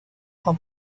from